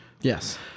Yes